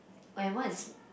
I was